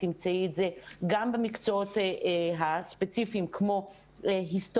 את תמצאי את זה גם במקצועות הספציפיים כמו היסטוריה,